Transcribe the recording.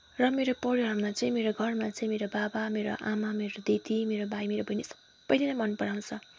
र मेरो परिवारमा चाहिँ मेरो घरमा चाहिँ मेरो बाबा मेरो आमा मेरो दिदी मेरो भाइ मेरो बहिनी सबैले नै मनपराउँछ